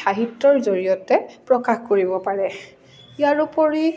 সাহিত্যৰ জৰিয়তে প্ৰকাশ কৰিব পাৰে ইয়াৰোপৰি